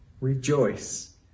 rejoice